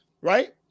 right